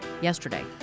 yesterday